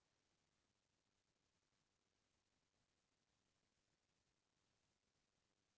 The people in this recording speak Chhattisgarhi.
आजकाल मांस के बने जिनिस ह आनलाइन मंगवाए म घर आ जावत हे